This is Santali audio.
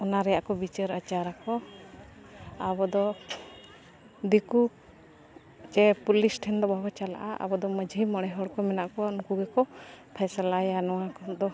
ᱚᱱᱟ ᱨᱮᱭᱟᱜ ᱠᱚ ᱵᱤᱪᱟᱹᱨ ᱟᱪᱟᱨ ᱟᱠᱚ ᱟᱵᱚ ᱫᱚ ᱫᱤᱠᱩ ᱡᱮ ᱯᱩᱞᱤᱥ ᱴᱷᱮᱱ ᱫᱚ ᱵᱟᱠᱚ ᱪᱟᱞᱟᱜᱼᱟ ᱟᱵᱚ ᱫᱚ ᱢᱟᱹᱡᱷᱤ ᱢᱚᱬᱮ ᱦᱚᱲ ᱠᱚ ᱢᱮᱱᱟᱜ ᱠᱚᱣᱟ ᱩᱱᱠᱩ ᱜᱮᱠᱚ ᱯᱷᱚᱭᱥᱟᱞᱟᱭᱟ ᱱᱚᱣᱟ ᱠᱚᱫᱚ